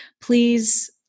please